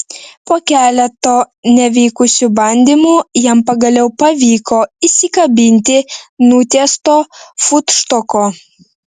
po keleto nevykusių bandymų jam pagaliau pavyko įsikabinti nutiesto futštoko